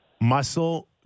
muscle